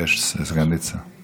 יש סגנית שר.